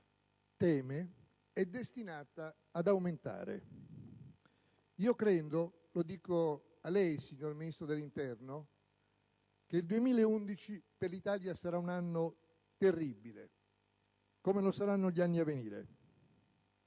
Polizia teme è destinata ad aumentare. Credo - lo dico a lei, signor Ministro dell'interno - che il 2011 sarà per l'Italia un anno terribile, così come lo saranno gli anni a venire.